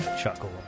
chuckle